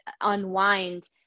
unwind